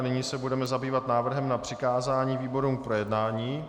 Nyní se budeme zabývat návrhem na přikázání výborům k projednání.